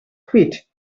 feet